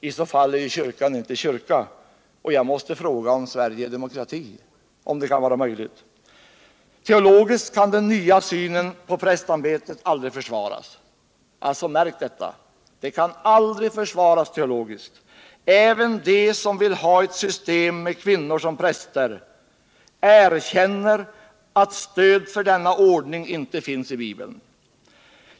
Kyrkan är i så fall icke kyrka, och jag måste fråga om Sverige är demokrati. Teologiskt kan den s.k. nya synen på prästämbetet aldrig försvaras. Märk detta! Även de som vill ha ett system med kvinnor som präster, erkänner att stöd för denna ordning inte finns i Bibeln.